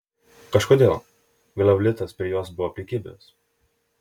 kažkodėl glavlitas prie jos buvo prikibęs